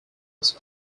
also